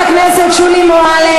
הוועדה לקידום מעמד האישה ולשוויון מגדרי,